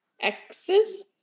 X's